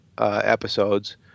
episodes